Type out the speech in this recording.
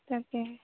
তাকে